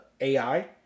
AI